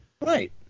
Right